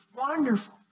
Wonderful